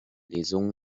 lesung